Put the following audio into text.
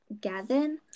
gavin